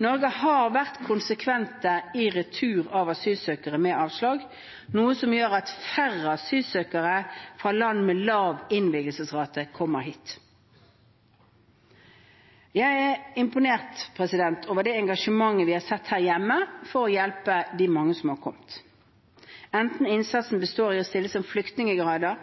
Norge har vært konsekvent i retur av asylsøkere med avslag, noe som gjør at færre asylsøkere fra land med lav innvilgelsesrate kommer hit. Jeg er imponert over det engasjementet vi har sett her hjemme for å hjelpe de mange som har kommet. Enten innsatsen består i å stille som